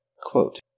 Quote